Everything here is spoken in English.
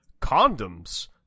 condoms